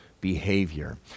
behavior